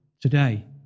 today